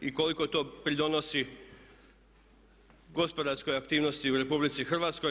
I koliko to pridonosi gospodarskoj aktivnosti u RH?